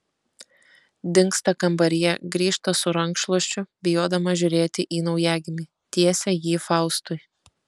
dingsta kambaryje grįžta su rankšluosčiu bijodama žiūrėti į naujagimį tiesia jį faustui